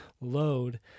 load